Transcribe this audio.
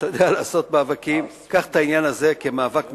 ואתה יודע לעשות מאבקים קח את העניין הזה כמאבק מרכזי,